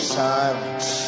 silence